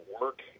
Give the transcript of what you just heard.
work